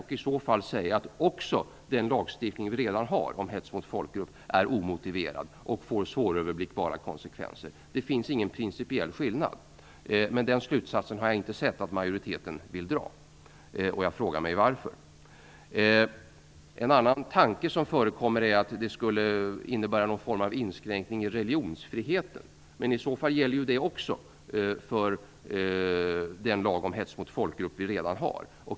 Då bör man också säga att den lagstiftning om hets mot folkgrupp vi redan har är omotiverad och får svåröverblickbara konsekvenser. Det finns ingen principiell skillnad. Den slutsatsen har jag dock inte sett att majoriteten vill dra. Jag frågar mig varför. En annan tanke som förekommer är att detta skulle innebära någon form av inskränkning i religionsfriheten. Men i så fall gäller ju det också för den lag om hets mot folkgrupp vi redan har.